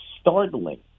startling